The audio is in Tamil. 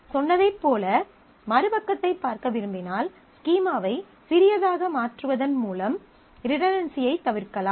நாம் சொன்னதைப் போல மறுபக்கத்தைப் பார்க்க விரும்பினால் ஸ்கீமாவை சிறியதாக மாற்றுவதின் மூலம் ரிடன்டன்சியைத் தவிர்க்கலாம்